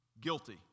Guilty